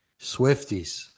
Swifties